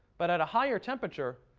but at a higher temperature,